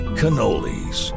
cannolis